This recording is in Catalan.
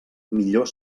millor